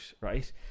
right